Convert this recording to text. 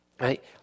right